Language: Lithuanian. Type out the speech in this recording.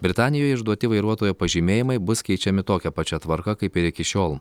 britanijoje išduoti vairuotojo pažymėjimai bus keičiami tokia pačia tvarka kaip ir iki šiol